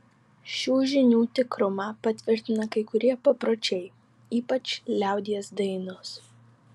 šių žinių tikrumą patvirtina kai kurie papročiai ypač liaudies dainos